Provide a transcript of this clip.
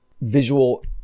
visual